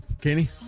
Kenny